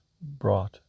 brought